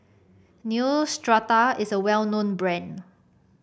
neostrata is a well known brand